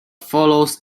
follows